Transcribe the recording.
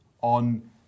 on